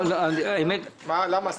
למה?